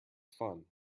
fun